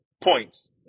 points